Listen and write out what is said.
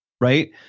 Right